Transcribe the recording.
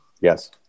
Yes